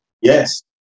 Yes